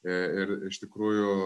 ir iš tikrųjų